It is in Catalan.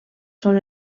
són